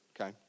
okay